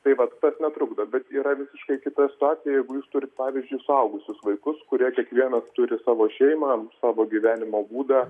tai vat tas netrukdo bet yra visiškai kita situacija jeigu jūs turit pavyzdžiui suaugusius vaikus kurie kiekvienas turi savo šeimą savo gyvenimo būdą